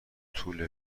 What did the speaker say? طول